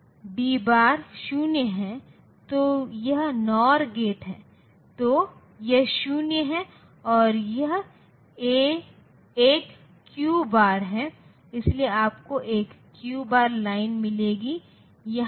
TTL के मामले में इस लॉजिक हाई को कुछ भी जो कि 24 वोल्ट से अधिक है लिया जाता है जो कुछ भी 24 वोल्ट से अधिक है वह लॉजिक हाई के रूप में लिया जाता है और कुछ भी जो 05 वोल्ट से कम है लॉजिक लो के रूप में लिया जाता है